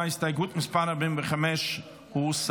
הסתייגות מס' 45 הוסרה.